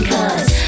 Cause